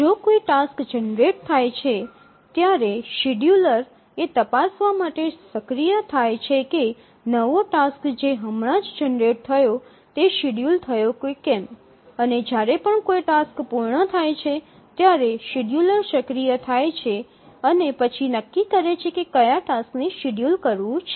જો કોઈ task generate થાય છે ત્યારે શેડ્યુલર એ તપાસવા માટે સક્રિય થાય છે કે નવો ટાસ્ક જે હમણાં જ જનરેટ થયો તે શેડ્યૂલ થયો કે કેમ અને જ્યારે પણ કોઈ ટાસ્ક પૂર્ણ થાય છે ત્યારે શેડ્યૂલર સક્રિય થાય છે અને પછી નક્કી કરે છે કે કયા ટાસ્ક ને શેડ્યૂલ કરવું છે